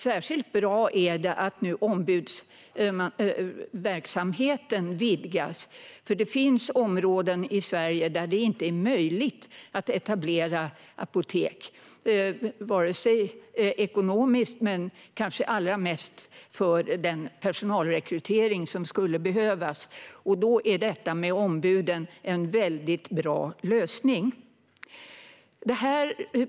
Särskilt bra är det att ombudsverksamheten nu vidgas, för det finns områden i Sverige där det inte är möjligt ekonomiskt att etablera apotek men kanske allra svårast att rekrytera den personal som skulle behövas. Då är detta med ombuden en väldigt bra lösning.